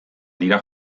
dira